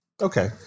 Okay